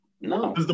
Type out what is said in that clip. No